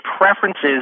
preferences